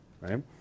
right